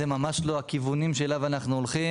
זה ממש לא הכיוונים שאליהם אנחנו הולכים